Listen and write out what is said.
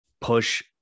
push